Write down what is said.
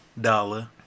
Dollar